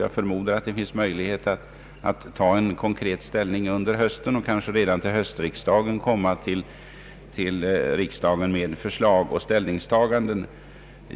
Jag förmodar att det finns möjlighet att ta konkret ställning under hösten och att komma med förslag och ställningstaganden kanske redan till höstriksdagen.